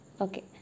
Okay